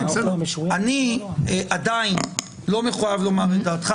אני עדיין לא מחויב לומר את דעתך,